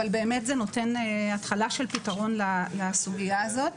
אבל באמת זה נותן התחלה של פתרון לסוגיה הזאת.